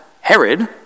Herod